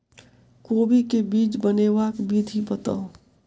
कोबी केँ बीज बनेबाक विधि बताऊ?